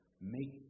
make